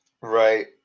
Right